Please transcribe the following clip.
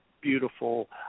beautiful